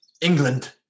England